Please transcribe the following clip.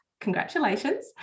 congratulations